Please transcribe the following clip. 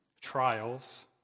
trials